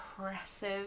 impressive